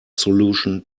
solution